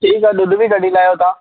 ठीकु आहे ॾुध बि कढी लायो तव्हां